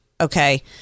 Okay